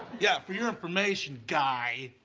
yeah? for your information guy